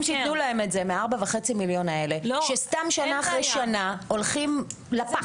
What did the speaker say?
שייתנו להם את זה מ-4.5 מיליון האלה שסתם שנה אחרי שנה הולכים לפח.